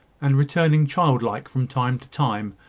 and returning childlike from time to time,